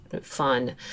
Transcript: fun